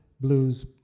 blues